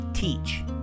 teach